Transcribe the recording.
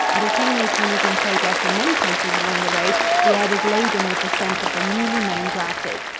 and as haymaking was in progress in many places along the road, the air was laden with the scent of the newly mown grasses.